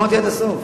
תשמע אותי עד הסוף.